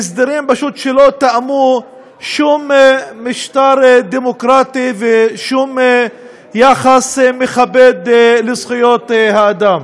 הסדרים שפשוט לא תאמו שום משטר דמוקרטי ושום יחס מכבד לזכויות האדם.